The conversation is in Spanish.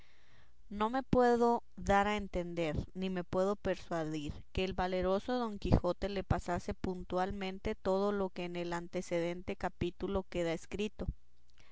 no me puedo dar a entender ni me puedo persuadir que al valeroso don quijote le pasase puntualmente todo lo que en el antecedente capítulo queda escrito